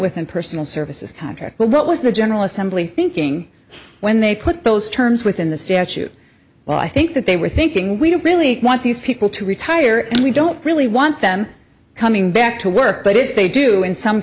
within personal services contract well what was the general assembly thinking when they put those terms within the statute well i think that they were thinking we don't really want these people to retire and we don't really want them coming back to work but if they do in some